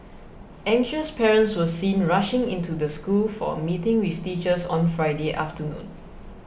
anxious parents were seen rushing into the school for a meeting with teachers on Friday afternoon